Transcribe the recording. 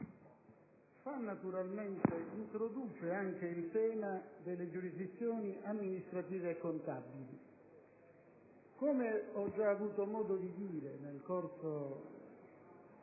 discutiamo introduce anche il tema delle giurisdizioni amministrative e contabili. Come ho già avuto modo di dire nel corso